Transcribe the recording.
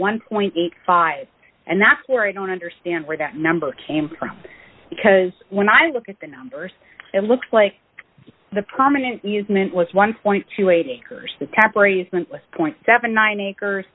one point eight five and that's where i don't understand where that number came from because when i look at the numbers it looks like the prominent easement was one two a tinker's the tab arrangement with point seventy nine acres